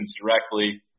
directly